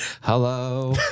Hello